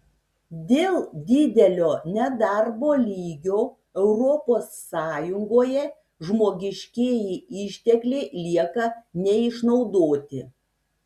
dėl didelio nedarbo lygio europos sąjungoje žmogiškieji ištekliai lieka neišnaudoti